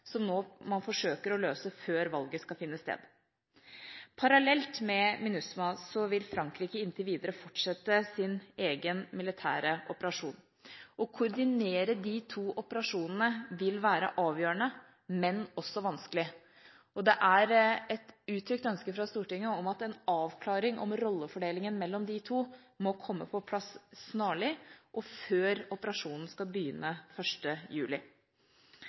man nå forsøker å løse før valget skal finne sted. Parallelt med MINUSMA vil Frankrike inntil videre fortsette sin egen militære operasjon. Å koordinere de to operasjonene vil være avgjørende, men også vanskelig. Det er et uttrykt ønske fra Stortinget at en avklaring av rollefordelingen mellom de to må komme på plass snarlig, og før operasjonen skal begynne 1. juli.